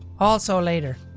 also later.